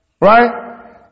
right